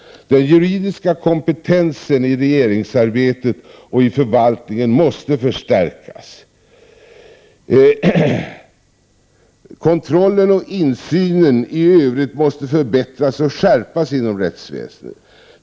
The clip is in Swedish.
Den juridiska kompetensen i regeringsarbetet och i förvaltningen måste förstärkas. Kontrollen och insynen i övrigt måste förbättras och skärpas inom rättsväsendet.